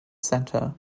centre